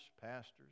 pastors